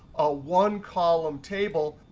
a one-column table,